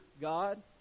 God